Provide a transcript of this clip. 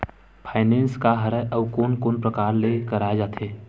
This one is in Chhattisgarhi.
फाइनेंस का हरय आऊ कोन कोन प्रकार ले कराये जाथे?